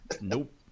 Nope